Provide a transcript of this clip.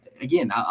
Again